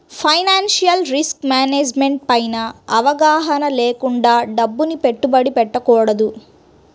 financial risk management పైన అవగాహన లేకుండా డబ్బుని పెట్టుబడి పెట్టకూడదు